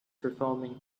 performing